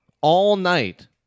all-night